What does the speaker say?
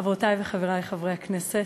חברותי וחברי חברי הכנסת,